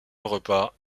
repas